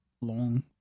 long